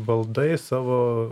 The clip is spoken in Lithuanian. valdai savo